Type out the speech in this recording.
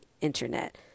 Internet